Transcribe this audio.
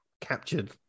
captured